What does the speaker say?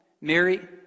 Mary